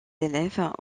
élèves